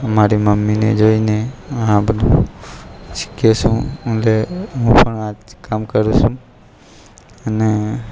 હું મારી મમ્મીને જોઈને આ બધું શીખ્યો છું અને હું પણ આ જ કામ કરું છું અને